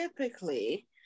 typically